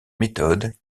méthodes